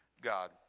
God